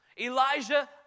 Elijah